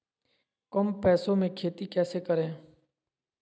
कम पैसों में खेती कैसे करें?